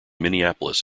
minneapolis